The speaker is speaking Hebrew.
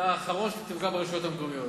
אתה האחרון שתפגע ברשויות המקומיות.